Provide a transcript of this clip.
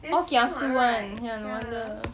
all kiasu one no wonder